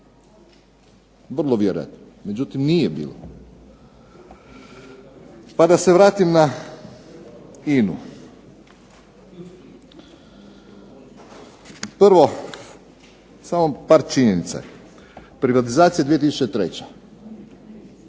Vrlo vjerojatno. Međutim, nije bilo. Pa da se vratim na INA-u. Prvo, samo par činjenica. Privatizacija 2003.,